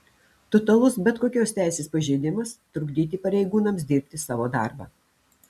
totalus bet kokios teisės pažeidimas trukdyti pareigūnams dirbti savo darbą